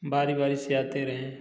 बारी बारी से आते रहें